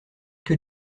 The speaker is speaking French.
que